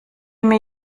mir